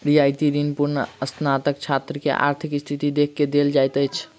रियायती ऋण पूर्वस्नातक छात्र के आर्थिक स्थिति देख के देल जाइत अछि